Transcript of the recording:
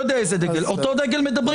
דגל מדברים?